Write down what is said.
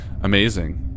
Amazing